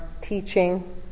teaching